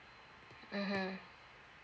mmhmm